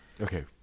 Okay